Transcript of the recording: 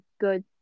good